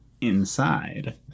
inside